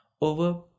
over